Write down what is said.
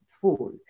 full